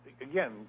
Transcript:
again